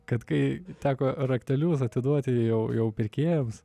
kad kai teko raktelius atiduoti jau jau pirkėjams